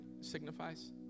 signifies